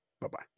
Bye-bye